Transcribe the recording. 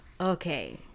okay